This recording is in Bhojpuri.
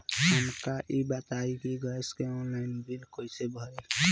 हमका ई बताई कि गैस के ऑनलाइन बिल कइसे भरी?